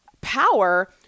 power